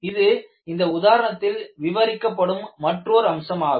இது இந்த உதாரணத்தில் விவரிக்கப்படும் மற்றோர் அம்சம் ஆகும்